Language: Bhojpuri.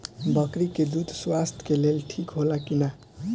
बकरी के दूध स्वास्थ्य के लेल ठीक होला कि ना?